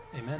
Amen